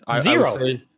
zero